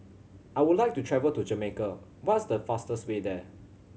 I would like to travel to Jamaica what is the fastest way there